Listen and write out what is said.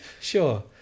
Sure